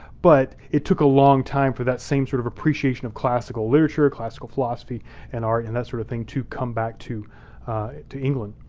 but it took a long time for that same sort of appreciation of classical literature, classical philosophy and art and that sort of thing to come back to to england.